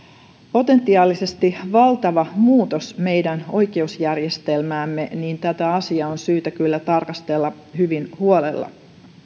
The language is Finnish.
potentiaalisesti valtava muutos meidän oikeusjärjestelmäämme tätä asiaa on syytä kyllä tarkastella hyvin huolella